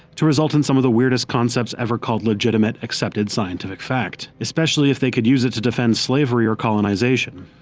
to result in some of the weirdest concepts ever called legitimate, accepted scientific fact. especially if they could use it to defend slavery or colonisation.